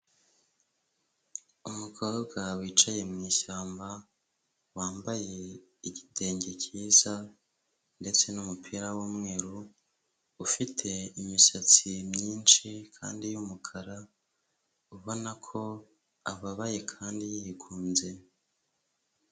Umukobwa wicaye mu ishyamba, wambaye igitenge cyiza ndetse n'umupira w'umweru, ufite imisatsi myinshi kandi y'umukara, ubona ko ababaye kandi yigunze.